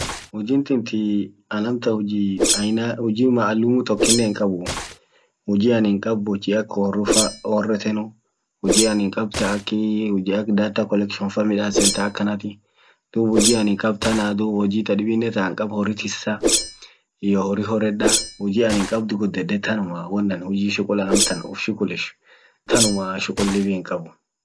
Hujin tintii anin amtan huji aina huji maalum tokinen hinqabuu. huji anin qab huji ak orrufa orretanu. huji anin qab ta akii huji data collection fa midasan ta akanati duub huji anin qab tana dum huji tadibinen ta an qab hori tissa iyoo hori horedda huji anin qab gudette tanumaa won an huji shugula amtan uf shugulish tanumaa shugul dibi hinqabuu